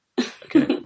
Okay